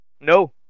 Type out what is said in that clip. No